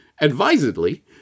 advisedly